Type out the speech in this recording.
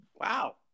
wow